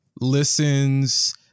listens